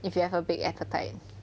if you have a big appetite